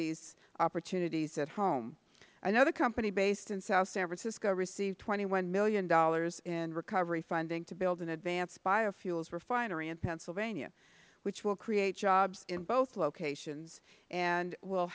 these opportunities at home another company based in south san francisco received twenty one dollars million in recovery funding to build an advanced biofuels refinery in pennsylvania which will create jobs in both locations and will